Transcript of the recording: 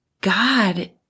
God